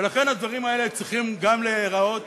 ולכן הדברים האלה צריכים גם להיראות